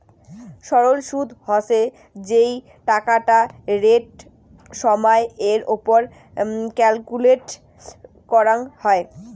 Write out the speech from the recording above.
সরল সুদ হসে যেই টাকাটা রেট সময় এর ওপর ক্যালকুলেট করাঙ হই